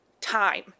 time